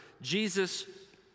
Jesus